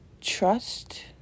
trust